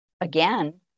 again